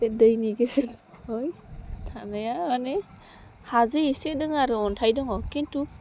बे दैनि गेजेराव थानाया माने हाजो एसे दङ आरो अन्थाइ दङ खिन्थु